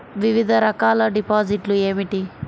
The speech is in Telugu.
వివిధ రకాల డిపాజిట్లు ఏమిటీ?